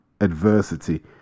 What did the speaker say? adversity